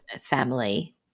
family